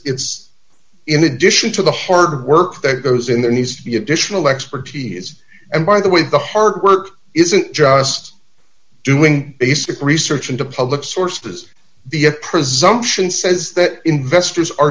it's in addition to the hard work that goes in there he's the additional expertise and by the way the hard work isn't just doing basic research into public sources the presumption says that investors are